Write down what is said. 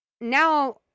now